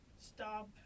stop